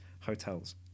hotels